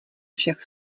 všech